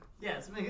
Yes